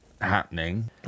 happening